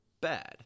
bad